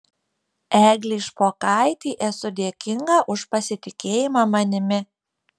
eglei špokaitei esu dėkinga už pasitikėjimą manimi